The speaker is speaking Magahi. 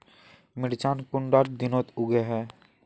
मिर्चान कुंडा दिनोत उगैहे?